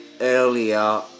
earlier